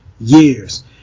years